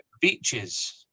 beaches